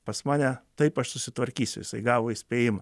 pas mane taip aš susitvarkysiu jisai gavo įspėjimą